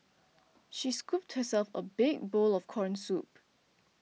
she scooped herself a big bowl of Corn Soup